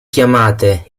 chiamate